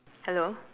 hello